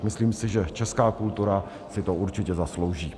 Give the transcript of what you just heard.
Myslím si, že česká kultura si to určitě zaslouží.